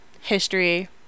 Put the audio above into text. History